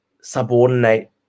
subordinate